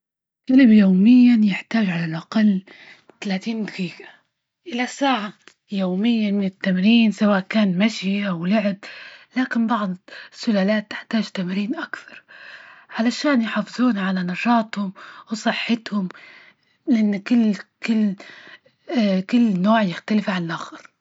الكلب يوميا يحتاج على الأقل ثلاثين دجيجة إلى الساعة يوميا من التمرين، سواء كان مشي أو لعب، لكن بعض السلالات تحتاج تمرين أكثر علشان يحفظون على نشاطهم وصحتهم، لأن كل- كل كل نوع يختلف عن الآخر.